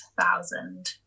thousand